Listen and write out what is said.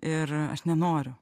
ir aš nenoriu